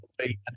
okay